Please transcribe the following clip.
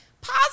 pause